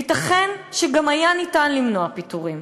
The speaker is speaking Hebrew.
וייתכן שגם היה ניתן למנוע פיטורים.